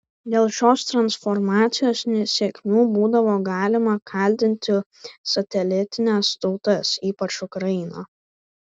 dėl šios transformacijos nesėkmių būdavo galima kaltinti satelitines tautas ypač ukrainą